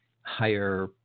higher